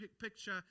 picture